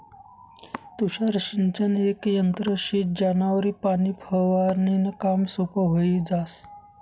तुषार सिंचन येक यंत्र शे ज्यानावरी पाणी फवारनीनं काम सोपं व्हयी जास